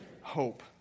hope